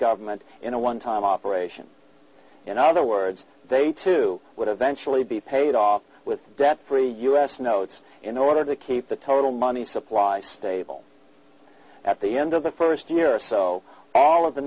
government in a one time operation in other words they too would eventually be paid off with debt free us notes in order to keep the total money supply stable at the end of the first year or so all of the